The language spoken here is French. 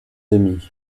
amis